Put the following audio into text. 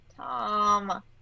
Tom